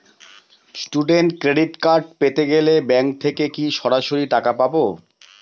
Student credit card পেতে গেলে bank থেকে কি সরাসরি টাকা পাবো?